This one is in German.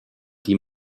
die